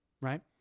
right